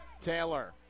Taylor